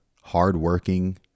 hardworking